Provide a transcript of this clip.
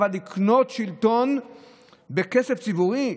אבל לקנות שלטון בכסף ציבורי,